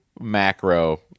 macro